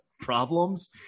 problems